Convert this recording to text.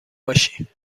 باشی